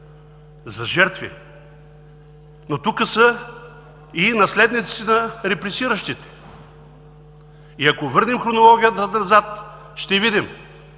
за жертви, но тук са и наследниците на репресиращите. И ако се върнем по хронология назад, ще видим: